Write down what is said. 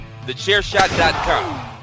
TheChairShot.com